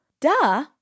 duh